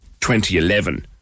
2011